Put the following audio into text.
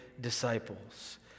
disciples